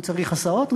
הוא צריך הסעות,